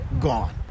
gone